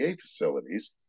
facilities